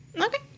Okay